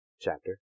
chapter